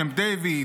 קמפ דייוויד,